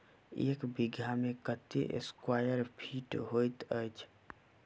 एक बीघा मे कत्ते स्क्वायर फीट होइत अछि?